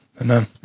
Amen